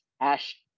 Ash